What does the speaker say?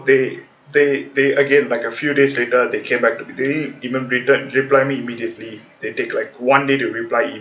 they they they again like a few days later they came back they even greeted reply me immediately they take like one day to reply emails